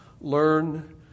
learn